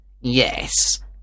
Yes